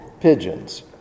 pigeons